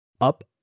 up